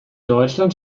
deutschland